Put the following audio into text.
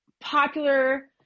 popular